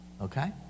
Okay